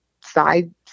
side